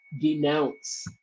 denounce